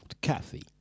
Kathy